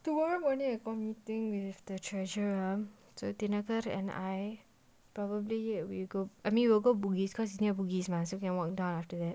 tomorrow morning I got meeting with the treasurer so thinakar and I probably we will go I mean we will go bugis cause it's near bugis mah so can walk down after that